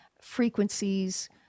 frequencies